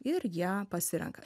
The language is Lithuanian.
ir jie pasirenka